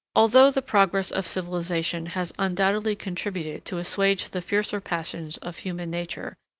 although the progress of civilization has undoubtedly contributed to assuage the fiercer passions of human nature,